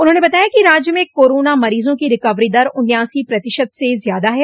उन्होंने बताया कि राज्य में कोरोना मरीजों की रिकबरी दर उन्यासी प्रतिशत से अधिक है